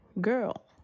girl